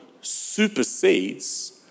supersedes